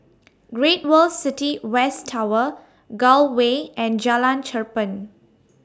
Great World City West Tower Gul Way and Jalan Cherpen